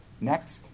Next